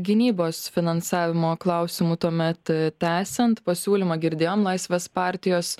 gynybos finansavimo klausimu tuomet tęsiant pasiūlymą girdėjom laisvės partijos